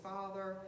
Father